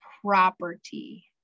property